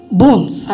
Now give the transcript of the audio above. bones